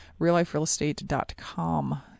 RealLifeRealEstate.com